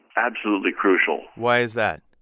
absolutely crucial why is that?